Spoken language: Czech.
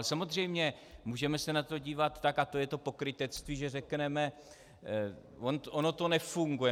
Samozřejmě, můžeme se na to dívat tak, a to je to pokrytectví, že řekneme: ono to nefunguje.